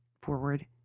forward